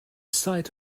site